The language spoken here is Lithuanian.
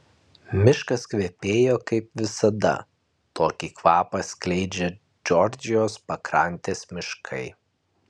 miškas kvepėjo kaip visada tokį kvapą skleidžia džordžijos pakrantės miškai